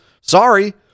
Sorry